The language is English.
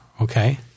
Okay